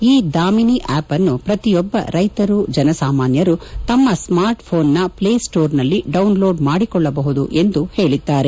ಈ ದಾಮಿನಿ ಆಪ್ನ್ನು ಪ್ರತಿಯೊಬ್ಬ ರೈತರು ಜನಸಮಾನ್ಯರು ತಮ್ಮ ಸ್ಮಾರ್ಟ್ಫೋನ್ನ ಪ್ಲೇಸ್ಟೋರ್ನಲ್ಲಿ ಡೌನ್ಲೋಡ್ ಮಾಡಿಕೊಳ್ಳಬಹುದು ಎಂದು ಹೇಳಿದ್ದಾರೆ